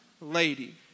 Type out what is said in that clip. lady